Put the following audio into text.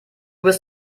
bist